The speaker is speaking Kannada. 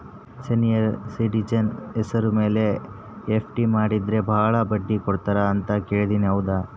ಸೇನಿಯರ್ ಸಿಟಿಜನ್ ಹೆಸರ ಮೇಲೆ ಎಫ್.ಡಿ ಮಾಡಿದರೆ ಬಹಳ ಬಡ್ಡಿ ಕೊಡ್ತಾರೆ ಅಂತಾ ಕೇಳಿನಿ ಹೌದಾ?